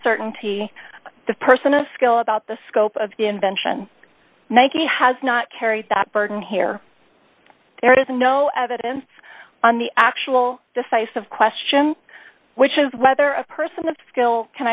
certainty the person a skill about the scope of invention nike has not carried that burden here there is no evidence on the actual decisive question which is whether a person of skill can